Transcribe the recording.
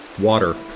water